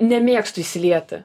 nemėgstu įsilieti